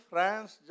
France